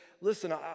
listen